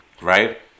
right